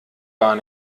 gar